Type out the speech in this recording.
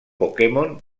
pokémon